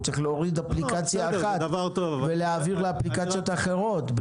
הוא צריך להוריד אפליקציה אחת ולהעביר לאפליקציות אחרות.